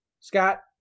Scott